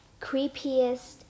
Creepiest